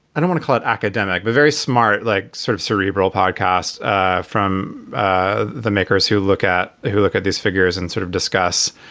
i don't wanna call it academic, but very smart, like sort of cerebral podcast ah from ah the makers who look at who look at these figures and sort of discuss